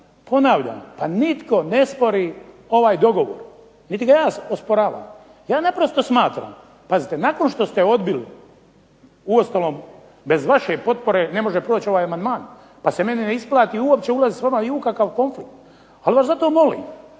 ponavljam, pa nitko ne spori ovaj dogovor niti ga ja osporavam. Ja naprosto smatram, pazite nakon što ste odbili, uostalom bez vaše potpore ne može proći ovaj amandman pa se meni ne isplati uopće ulaziti s vama ni u kakav konflikt. Ali vas zato molim,